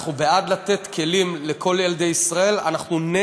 אנחנו בעד לתת כלים לכל ילדי ישראל,